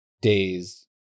days